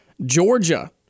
Georgia